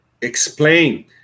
explain